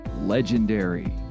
legendary